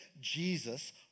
Jesus